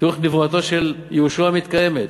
תראו איך נבואתו של יהושע מתקיימת.